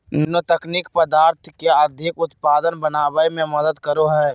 nano तकनीक पदार्थ के अधिक उत्पादक बनावय में मदद करो हइ